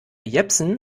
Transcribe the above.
jepsen